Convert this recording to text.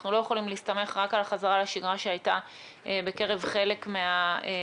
אנחנו לא יכולים להסתמך רק החזרה לשגרה שהייתה בקרב חלק מהעסקים,